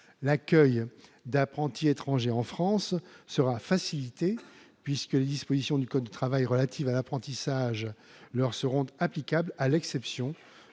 L'accueil d'apprentis étrangers en France sera facilité, puisque les dispositions du code du travail relatives à l'apprentissage leur seront applicables, à l'exception